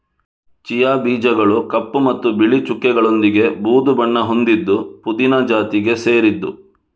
chia ಬೀಜಗಳು ಕಪ್ಪು ಮತ್ತು ಬಿಳಿ ಚುಕ್ಕೆಗಳೊಂದಿಗೆ ಬೂದು ಬಣ್ಣ ಹೊಂದಿದ್ದು ಪುದೀನ ಜಾತಿಗೆ ಸೇರಿದ್ದು